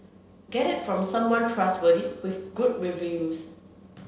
get it from someone trustworthy with good reviews